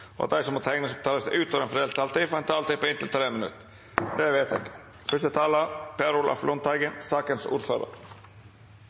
og at de som måtte tegne seg på talerlisten utover den fordelte taletid, får en taletid på inntil 3 minutter. – Det anses vedtatt. Første taler